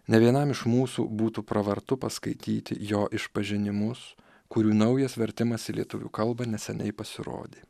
nė vienam iš mūsų būtų pravartu paskaityti jo išpažinimus kurių naujas vertimas į lietuvių kalbą neseniai pasirodė